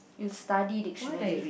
you study dictionary